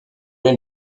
les